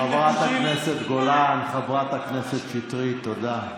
חברת הכנסת גולן, חברת הכנסת שטרית, תודה.